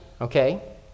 Okay